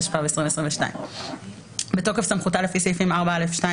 התשפ"ב 2022. בתוקף סמכותה לפי סעיפים 4(א)(2),